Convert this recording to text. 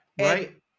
right